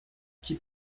qui